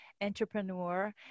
entrepreneur